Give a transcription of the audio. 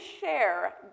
share